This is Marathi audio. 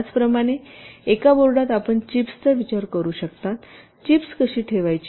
त्याचप्रमाणे एका बोर्डात आपण चिप्सचा विचार करू शकता चिप्स कशी ठेवायची